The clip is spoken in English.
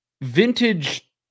vintage